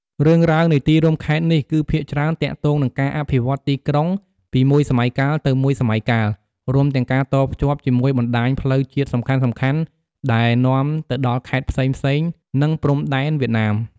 រឿងរ៉ាវនៃទីរួមខេត្តនេះ គឺភាគច្រើនទាក់ទងនឹងការអភិវឌ្ឍន៍ទីក្រុងពីមួយសម័យកាលទៅមួយសម័យកាល រួមទាំងការតភ្ជាប់ជាមួយបណ្ដាញផ្លូវជាតិសំខាន់ៗដែលនាំទៅដល់ខេត្តផ្សេងៗ និងព្រំដែនវៀតណាម។